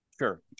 Sure